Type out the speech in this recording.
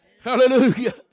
Hallelujah